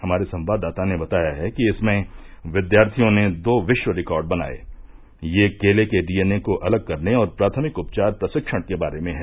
हमारे संवाददाता ने बताया है कि इसमें विद्यार्थियों ने दो विश्व रिकॉर्ड बनाये ये केले के डीएनए को अलग करने और प्राथमिक उपचार प्रशिक्षण के बारे में हैं